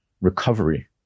recovery